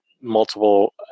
multiple